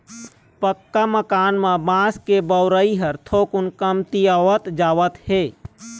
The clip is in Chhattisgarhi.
पक्का मकान म बांस के बउरई ह थोकिन कमतीयावत जावत हे